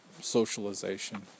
socialization